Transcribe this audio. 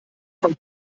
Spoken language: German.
von